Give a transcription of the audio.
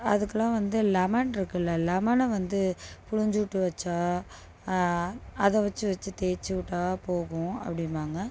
அதுக்கெல்லாம் வந்து லெமன் இருக்குல்ல லெமனை வந்து பிழுஞ்சிவுட்டு வச்சா அதை வச்சி வச்சி தேய்ச்சிவிட்டா போகும் அப்படிம்பாங்க